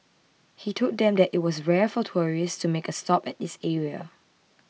he told them that it was rare for tourists to make a stop at this area